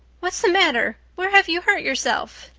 what's the matter? where have you hurt yourself?